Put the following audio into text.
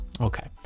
okay